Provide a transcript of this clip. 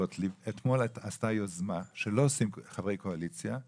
חברת הכנסת גוטליב אתמול עשתה יוזמה שלא עושים חברי קואליציה,